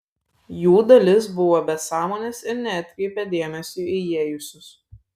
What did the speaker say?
jų dalis buvo be sąmonės ir neatkreipė dėmesio į įėjusius